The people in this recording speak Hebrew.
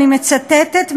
אני מצטטת,